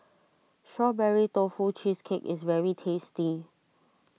Strawberry Tofu Cheesecake is very tasty